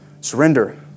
Surrender